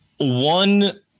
One